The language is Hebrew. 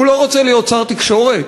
הוא לא רוצה להיות שר התקשורת?